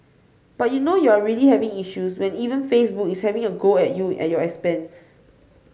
but you know you're really having issues when even Facebook is having a go at you at your expense